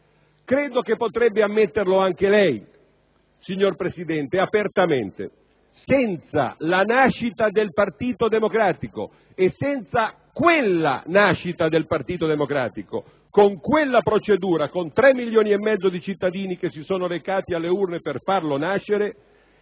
Credo che potrebbe ammetterlo anche lei, signor Presidente, apertamente: senza la nascita del Partito Democratico e senza quella nascita, con quella procedura, cioè con 3 milioni e mezzo di cittadini che si sono recati alle urne per farlo nascere;